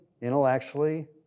intellectually